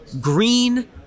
Green